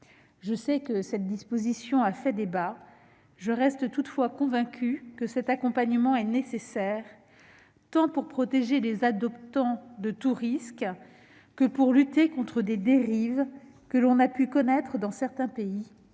Je sais que cette disposition a fait débat, mais je reste convaincue que cet accompagnement est nécessaire, tant pour protéger les adoptants contre divers risques que pour lutter contre des dérives que l'on a pu connaître dans certains pays,